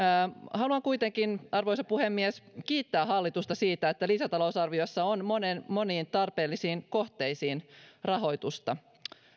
haluan kuitenkin arvoisa puhemies kiittää hallitusta siitä että lisätalousarviossa on moniin tarpeellisiin kohteisiin rahoitusta